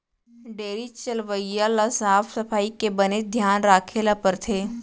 dairy चलवइया ल साफ सफई के बनेच धियान राखे ल परथे